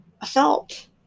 assault